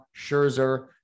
Scherzer